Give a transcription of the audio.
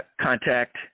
contact